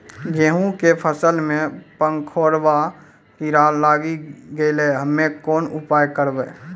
गेहूँ के फसल मे पंखोरवा कीड़ा लागी गैलै हम्मे कोन उपाय करबै?